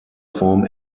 form